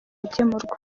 gukemurwa